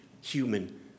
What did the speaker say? human